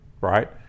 right